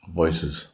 voices